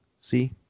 see